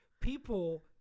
people